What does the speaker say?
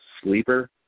sleeper